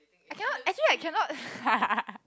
I cannot actually I cannot